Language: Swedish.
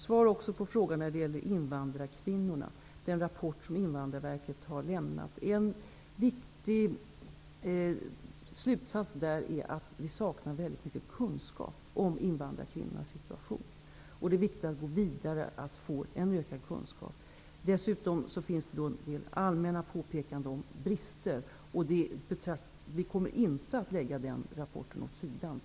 Svar också när det gäller invandrarkvinnornas situation med anledning av den rapport som invandrarverket har lämnat: En viktig slutsats där är att vi mycket saknar kunskap om invandrarkvinnornas situation. Det är viktigt att gå vidare för att få ökade kunskaper. Dessutom finns det en del allmänna påpekanden om brister. Regeringen kommer inte att lägga den rapporten åt sidan.